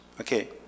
Okay